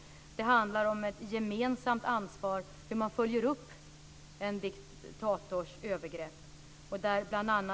Det handlar om ett gemensamt ansvar för hur man följer upp en diktators övergrepp.